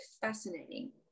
fascinating